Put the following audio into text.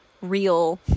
real